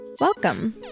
Welcome